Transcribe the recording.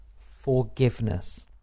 forgiveness